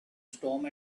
storm